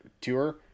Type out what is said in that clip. tour